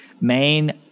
main